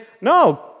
no